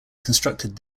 constructed